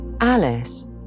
Alice